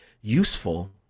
useful